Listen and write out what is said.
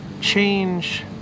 change